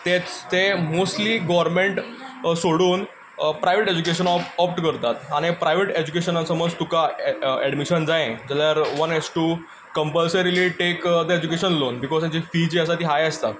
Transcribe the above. तेच ते mostly government सोडून प्रायव्हेट एज्युकेशन ऑप्ट करतात आनी हें प्रायव्हेट एज्युकेशनाक समज तुका एडमिशन जायें जाल्यार one has to compulsorily take the education loan because तांची फी जी आसता ती हाय आसता